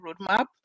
roadmap